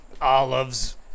Olives